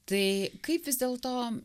tai kaip vis dėlto